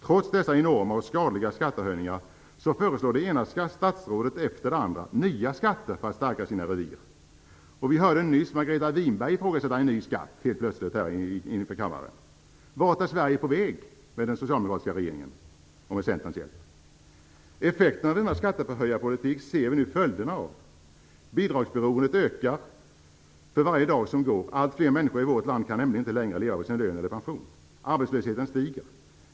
Trots dessa enorma och skadliga skattehöjningar föreslår det ena statsrådet efter det andra nya skatter för att stärka sina revir. Vi hörde nyss i kammaren Margareta Winberg helt plötsligt ifrågasätta en ny skatt. Vart är Sverige på väg med den socialdemokratiska regeringen, och med Centerns hjälp? Effekterna av denna skattehöjarpolitik ser vi nu följderna av. Bidragsberoendet ökar för varje dag som går. Allt fler människor i vårt land kan nämligen inte längre leva på sin lön eller pension. Arbetslösheten stiger.